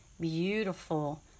beautiful